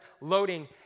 loading